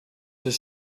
does